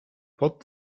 pod